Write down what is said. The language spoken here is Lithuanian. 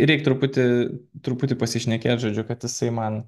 reik truputį truputį pasišnekėt žodžiu kad jisai man